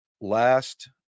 last